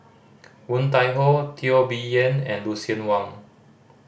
Woon Tai Ho Teo Bee Yen and Lucien Wang